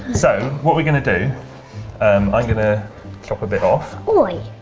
so, what we're going to do um i'm going to chop a bit off. like